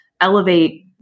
elevate